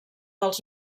dels